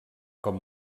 com